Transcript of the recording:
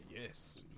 Yes